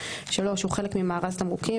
(3) הוא חלק ממארז תמרוקים,